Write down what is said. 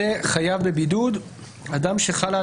כדי להבטיח שלכל בעל זכות בחירה תהיה